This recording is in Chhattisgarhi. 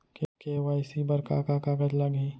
के.वाई.सी बर का का कागज लागही?